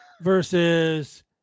versus